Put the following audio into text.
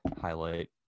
highlight